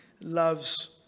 loves